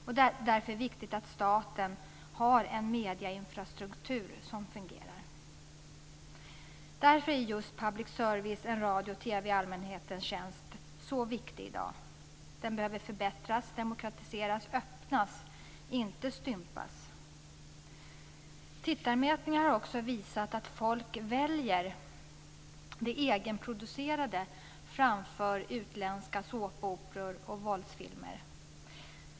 Det är därför viktigt att staten har en medieinfrastruktur som fungerar. Därför är just public service, en radio och TV i allmänhetens tjänst, så viktig i dag. Den behöver förbättras, demokratiseras och öppnas, inte stympas. Tittarmätningar har också visat att folk väljer det egenproducerade framför utländska såpoperor och våldsfilmer.